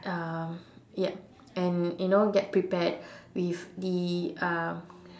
um yup and you know get prepared with the uh